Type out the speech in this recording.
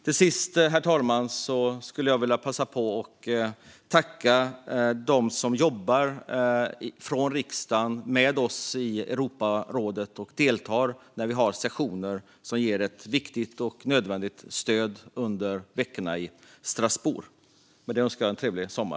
Till sist, herr talman, skulle jag vilja passa på att tacka dem som jobbar från riksdagen med oss i Europarådet och deltar när vi har sessioner. De ger ett viktigt och nödvändigt stöd under veckorna i Strasbourg. Med det önskar jag en trevlig sommar.